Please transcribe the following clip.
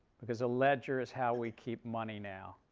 because a ledger is how we keep money now.